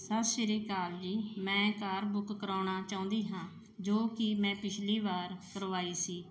ਸਤਿ ਸ਼੍ਰੀ ਅਕਾਲ ਜੀ ਮੈਂ ਕਾਰ ਬੁੱਕ ਕਰਵਾਉਣਾ ਚਾਹੁੰਦੀ ਹਾਂ ਜੋ ਕਿ ਮੈਂ ਪਿਛਲੀ ਵਾਰ ਕਰਵਾਈ ਸੀ